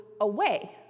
away